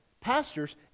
Pastors